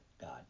God